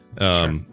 Sure